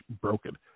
broken